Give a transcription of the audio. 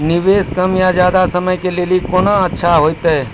निवेश कम या ज्यादा समय के लेली कोंन अच्छा होइतै?